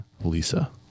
Lisa